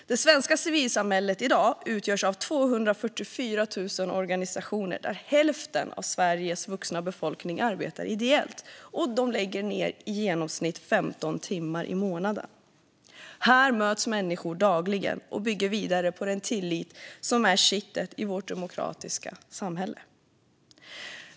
Det svenska civilsamhället i dag utgörs av 244 000 organisationer där hälften av Sveriges vuxna befolkning arbetar ideellt och lägger ned i genomsnitt 15 timmar i månaden. Här möts människor dagligen och bygger vidare på den tillit som är kittet i vårt demokratiska samhälle.